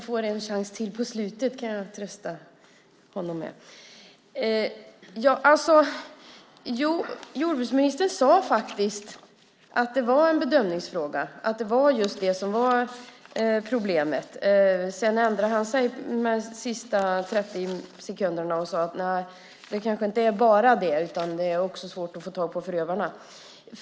Fru talman! Jordbruksministern sade att problemet var att det är en bedömningsfråga. Sedan ändrade han sig under de sista 30 sekunderna och sade att det kanske inte bara är en bedömningsfråga utan att det också är svårt att få tag på förövarna.